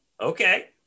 Okay